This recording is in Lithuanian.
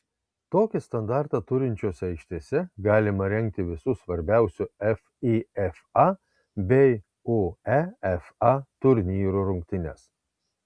tokį standartą turinčiose aikštėse galima rengti visų svarbiausių fifa bei uefa turnyrų rungtynes